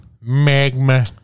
Magma